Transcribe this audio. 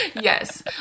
Yes